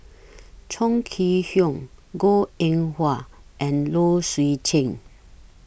Chong Kee Hiong Goh Eng Wah and Low Swee Chen